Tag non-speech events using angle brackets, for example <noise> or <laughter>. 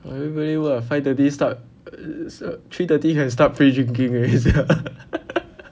!wah! everybody what five thirty start three thirty can start pre drinking already sia <laughs>